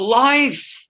life